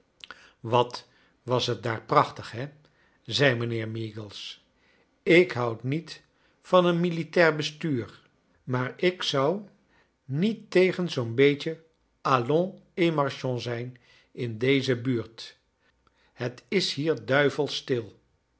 wat was t daar prachtig he zei mijnheer measles ik houd niet van een militair bestuur maar ik zou niet tegen zoo'n beetje allons et marchons zijn in deze buurt t is bier duivels still